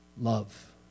love